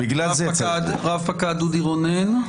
רב-פקד אודי רונן,